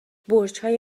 برجهای